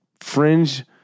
fringe